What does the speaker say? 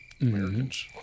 Americans